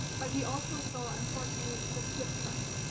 but we also saw, unfortunately, the flip side.